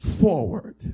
forward